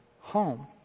home